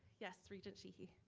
yes, regent sheehy?